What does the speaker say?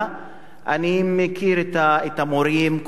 אלא אני מכיר את המורים,